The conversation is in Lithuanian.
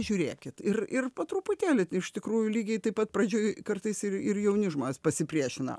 žiūrėkit ir ir po truputėlį iš tikrųjų lygiai taip pat pradžioj kartais ir ir jauni žmonės pasipriešina